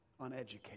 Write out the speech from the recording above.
uneducated